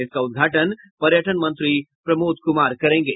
इसका उद्घाटन पर्यटन मंत्री प्रमोद कुमार करेंगे